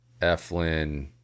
Eflin